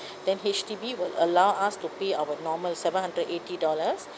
then H_D_B will allow us to pay our normal seven hundred eighty dollars